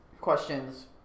questions